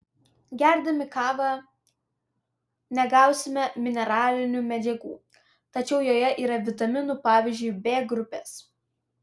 gerdami kavą negausime mineralinių medžiagų tačiau joje yra vitaminų pavyzdžiui b grupės